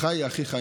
"וחי אחיך עמך".